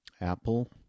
Apple